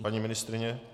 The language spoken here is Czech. Paní ministryně?